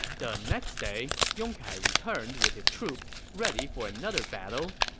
the next day, yong kai returned with his troops, ready for another battle,